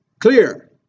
Clear